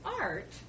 art